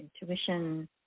intuition